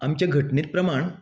आमच्या घटने प्रमाण